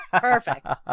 perfect